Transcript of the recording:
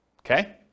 Okay